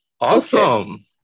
Awesome